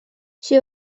she